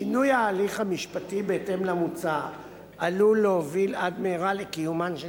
שינוי ההליך המשפטי בהתאם למוצע עלול להוביל עד מהרה לקיומן של